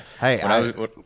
Hey